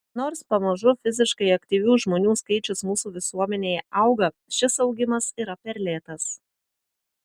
nors pamažu fiziškai aktyvių žmonių skaičius mūsų visuomenėje auga šis augimas yra per lėtas